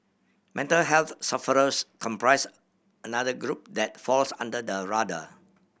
mental health sufferers comprise another group that falls under the radar